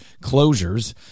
closures